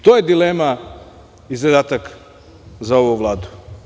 To je dilema i zadatak za ovu Vladu.